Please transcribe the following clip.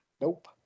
Nope